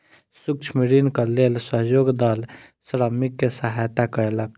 सूक्ष्म ऋणक लेल सहयोग दल श्रमिक के सहयता कयलक